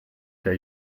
der